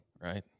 right